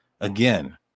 Again